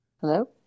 Hello